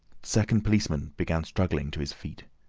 second policeman began struggling to his feet.